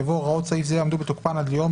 יבוא "הוראות סעיף זה יעמדו בתוקפן עד יום